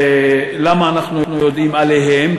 ולמה אנחנו יודעים עליהם?